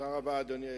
אדוני היושב-ראש,